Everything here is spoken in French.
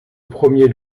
premier